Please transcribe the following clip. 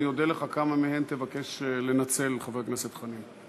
אני אודה לך, כמה מהן תבקש לנצל, חבר הכנסת חנין?